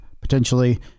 potentially